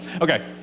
okay